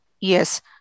yes